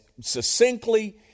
succinctly